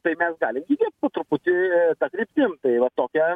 tai mes galim po truputį ta kryptim tai va tokia